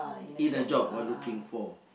in a job I looking for